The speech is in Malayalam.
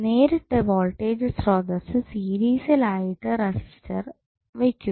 നേരിട്ടു വോൾടേജ് സ്രോതസ്സ് സീരീസിൽ ആയിട്ട് റെസിസ്റ്റർ വെക്കുക